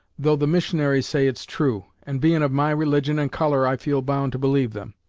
though the missionaries say it's true, and bein' of my religion and colour i feel bound to believe them.